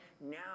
now